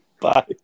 bye